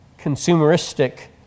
consumeristic